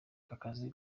akazi